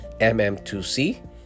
mm2c